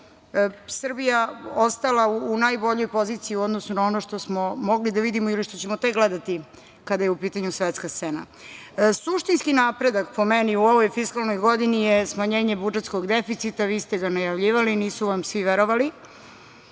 mi se, Srbija ostala u najboljoj poziciji u odnosu na ono što smo mogli da vidimo ili što ćemo tek gledati kada je u pitanju svetska scena. Suštinski napredak, po meni, u ovoj fiskalnoj godini je smanjenje budžetskog deficita. Vi ste ga najavljivali, nisu vam svim verovali.